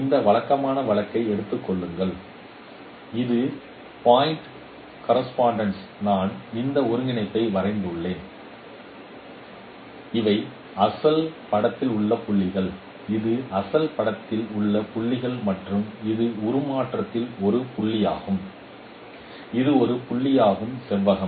இந்த வழக்கமான வழக்கை எடுத்துக் கொள்ளுங்கள் இவை பாயிண்ட் கரெஸ்பாண்டென்ஸ்ஸ் நான் இந்த ஒருங்கிணைப்பை வரையறுத்துள்ளேன் இவை அசல் படத்தில் உள்ள புள்ளிகள் இது அசல் படத்தில் உள்ள புள்ளிகள் மற்றும் இது உருமாற்றங்களில் ஒரு புள்ளியாகும் இது ஒரு புள்ளியாகும் செவ்வகம்